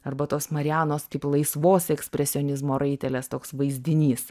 arba tos marianos kaip laisvos ekspresionizmo raitelės toks vaizdinys